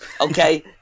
Okay